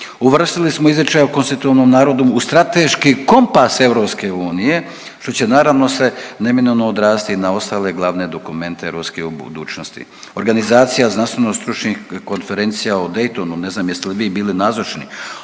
Uvrstili smo izričaj o konstitutivnom narodu u strateški kompas EU, što će naravno se neminovno odraziti i na ostale glavne dokumente ruske u budućnosti. Organizacija znanstveno-stručnih konferencija o Daytonu, ne znam jeste li vi bili nazočni,